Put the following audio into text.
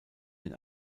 den